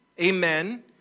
amen